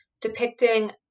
depicting